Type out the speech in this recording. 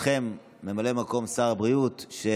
ברשותכם, ממלא מקום שר הבריאות, תמתין.